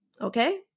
Okay